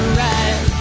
right